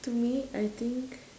to me I think